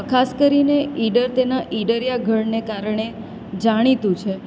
ખાસ કરીને ઈડર તેના ઈડરિયા ગઢના કારણે જાણીતું છે